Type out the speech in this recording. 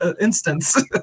instance